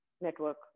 network